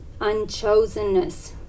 unchosenness